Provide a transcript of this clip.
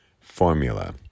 formula